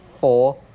four